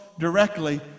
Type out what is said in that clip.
Directly